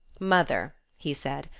mother, he said,